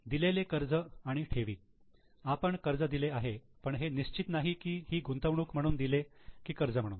दिलेले कर्ज आणि ठेवी आपण कर्ज दिले आहे पण हे निश्चित नाही ही की ते गुंतवणूक म्हणून दिले की कर्ज म्हणून